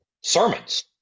sermons